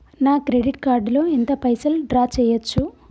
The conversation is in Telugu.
నా క్రెడిట్ కార్డ్ లో ఎంత పైసల్ డ్రా చేయచ్చు?